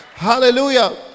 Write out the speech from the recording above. hallelujah